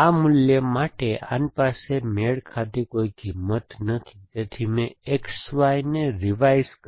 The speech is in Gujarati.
આ મૂલ્ય માટે આની પાસે મેળ ખાતી કોઈ કિંમત નથી તેથી મેં X Y ને રિવાઇઝ કર્યું